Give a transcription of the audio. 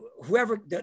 whoever